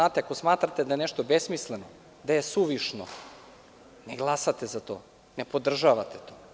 Ako smatrate da je nešto besmisleno, da je suvišno, ne glasate za to, ne podržavate to.